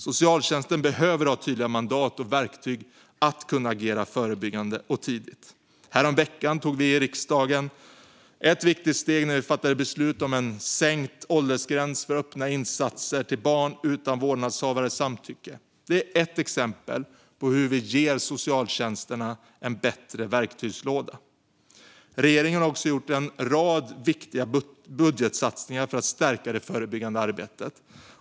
Socialtjänsten behöver ha tydliga mandat och verktyg för att kunna agera förebyggande och tidigt. Häromveckan tog vi i riksdagen ett viktigt steg när vi fattade beslut om en sänkt åldersgräns för öppna insatser till barn utan vårdnadshavares samtycke. Det är ett exempel på hur vi ger socialtjänsten en bättre verktygslåda. Regeringen har också gjort en rad viktiga budgetsatsningar för att stärka det förebyggande arbetet.